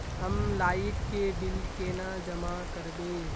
हम लाइट के बिल केना जमा करबे?